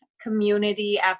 community